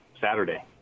Saturday